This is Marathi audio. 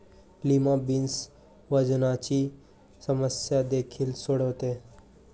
लिमा बीन्स वजनाची समस्या देखील सोडवते